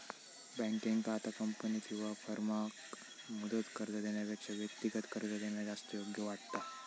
बँकेंका आता कंपनी किंवा फर्माक मुदत कर्ज देण्यापेक्षा व्यक्तिगत कर्ज देणा जास्त योग्य वाटता